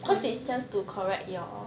but then